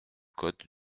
code